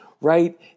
right